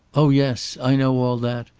oh yes. i know all that.